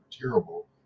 terrible